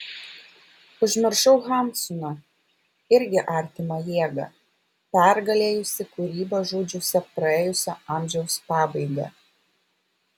užmiršau hamsuną irgi artimą jėgą pergalėjusį kūrybą žudžiusią praėjusio amžiaus pabaigą